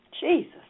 Jesus